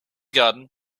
garden